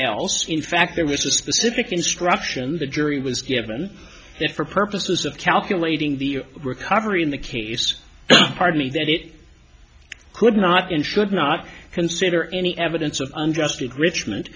else in fact there was a specific instruction the jury was given that for purposes of calculating the recovery in the case pardon me that it could not in should not consider any evidence of unjust